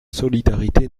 solidarité